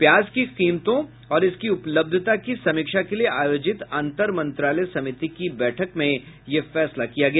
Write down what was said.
प्याज की कीमतों और इसकी उपलब्धता की समीक्षा के लिए आयोजित अंतर मंत्रालय समिति की बैठक में यह फैसला किया गया